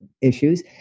issues